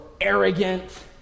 arrogant